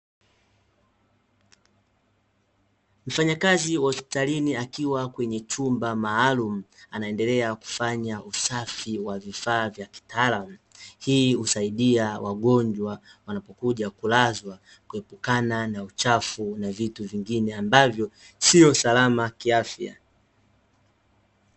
Mfanyakazi hospitalini akiwa kwenye chumba maalumu anaendelea kufanya usafi wa vifaa vya kitaalamu. Hii husaidia wagonjwa wanapokuja kulazwa kuepukana na uchafu na vitu vingine ambavyo sio salama kiafya.